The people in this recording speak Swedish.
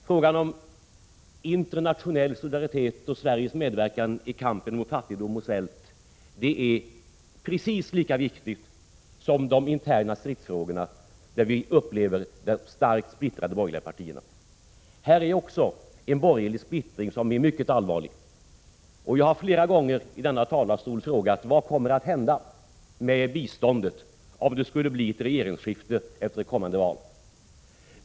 Frågan om internationell solidaritet och Sveriges medverkan i kampen mot fattigdom och svält är precis lika viktig som de interna stridsfrågorna, där vi upplever de starkt splittrade borgerliga partierna. Också här finns en borgerlig splittring som är mycket allvarlig. Jag har flera gånger i denna talarstol frågat: Vad kommer att hända med biståndet om det skulle bli ett regeringsskifte efter kommande val?